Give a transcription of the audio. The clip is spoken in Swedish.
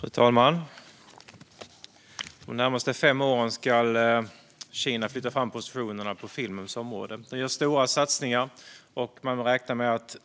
Fru talman! De närmaste fem åren ska Kina flytta fram positionerna på filmens område. Det görs stora satsningar, och man räknar med att